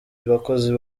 bakozi